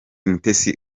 mutesi